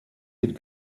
had